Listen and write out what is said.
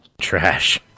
trash